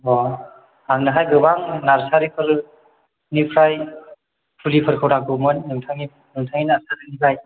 आंनोहाय गोबां नारसारिफोरनिफ्राय फुलिफोरखौ नांगौमोन नोंथांनि नोंथांनि नारसारिनिफ्राय